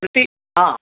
कृति आ